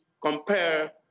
compare